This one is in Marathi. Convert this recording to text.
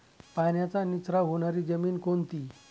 पाण्याचा निचरा होणारी जमीन कोणती?